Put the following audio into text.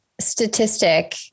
statistic